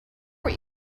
what